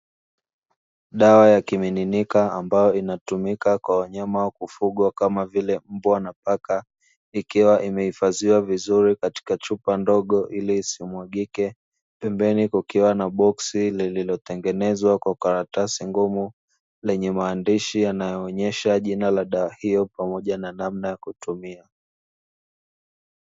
Dawa ya kimiminika ambayo inatumika kwa wanyama wa kufugwa kama vile mbwa na paka, ikiwa imehifadhiwa vizuri katika chupa ndogo ili isimwagike. Pembeni kukiwa na boksi lililotengenezwa kwa karatasi ngumu lenye maandishi yanayo onyesha jina la dawa hiyo pamoja na namna ya kutumia.